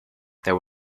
there